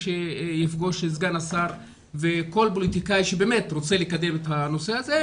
שיפגוש סגן השר וכל פוליטיקאי שבאמת רוצה לקדם את הנושא הזה,